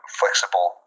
flexible